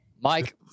Mike